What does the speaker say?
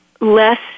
less